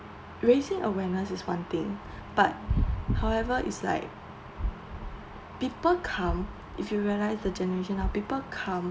raising awareness is one thing but however it's like people come if you realise the generation of people come